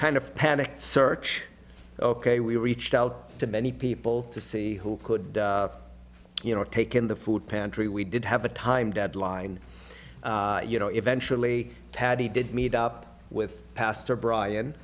kind of panicked search ok we reached out to many people to see who could you know take in the food pantry we did have a time deadline you know eventually paddy did meet up with pastor brian